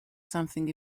something